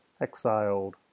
exiled